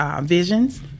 visions